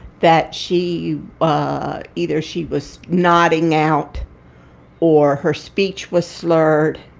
that she ah either she was nodding out or her speech was slurred.